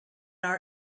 our